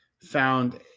found